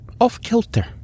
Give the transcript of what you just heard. off-kilter